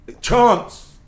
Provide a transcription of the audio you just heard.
Chance